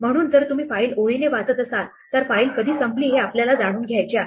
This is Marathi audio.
म्हणून जर तुम्ही फाईल ओळीने वाचत असाल तर फाइल कधी संपली हे आपल्याला जाणून घ्यायचे आहे